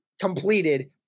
completed